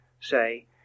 say